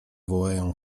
wołają